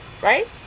right